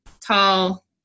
tall